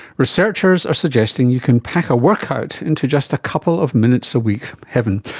researchers are suggesting you can pack a workout into just a couple of minutes a week. heaven.